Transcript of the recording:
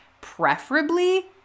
preferably